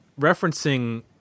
referencing